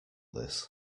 this